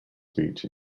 speech